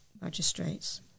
magistrates